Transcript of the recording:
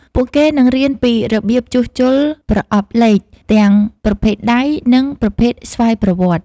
ពួកគេនឹងរៀនពីរបៀបជួសជុលប្រអប់លេខទាំងប្រភេទដៃនិងប្រភេទស្វ័យប្រវត្តិ។